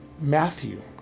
Matthew